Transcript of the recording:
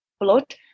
blood